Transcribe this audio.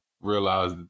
realize